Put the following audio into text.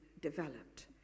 developed